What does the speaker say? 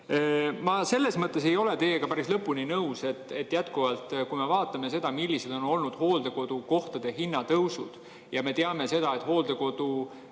Ma selles mõttes ei ole teiega päris lõpuni nõus, et jätkuvalt, kui me vaatame, millised on olnud hooldekodukohtade hinnatõusud, ja teame, et hooldekodupidajad